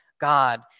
God